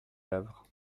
havre